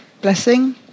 Blessing